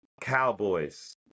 Cowboys